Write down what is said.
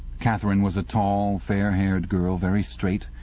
katharine was a tall, fair-haired girl, very straight,